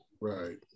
Right